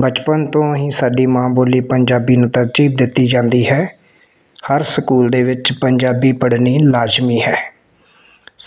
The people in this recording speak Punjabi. ਬਚਪਨ ਤੋਂ ਹੀ ਸਾਡੀ ਮਾਂ ਬੋਲੀ ਪੰਜਾਬੀ ਨੂੰ ਤਰਜੀਬ ਦਿੱਤੀ ਜਾਂਦੀ ਹੈ ਹਰ ਸਕੂਲ ਦੇ ਵਿੱਚ ਪੰਜਾਬੀ ਪੜ੍ਹਨੀ ਲਾਜ਼ਮੀ ਹੈ